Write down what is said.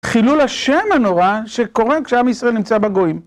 חילול ה' הנורא שקורה כשעם ישראל נמצא בגורים.